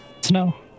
Snow